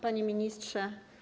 Panie Ministrze!